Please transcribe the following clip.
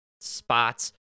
spots